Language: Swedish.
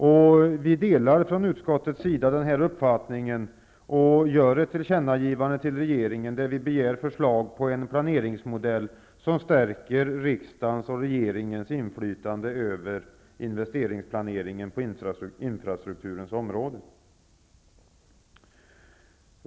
Vi delar denna uppfattning och gör ett tillkännagivande till regeringen, där vi begär förslag på en planeringsmodell som stärker riksdagens och regeringens inflytande över investeringsplaneringen på infrastrukturområdet.